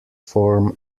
form